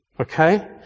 Okay